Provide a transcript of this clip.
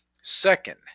second